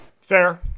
Fair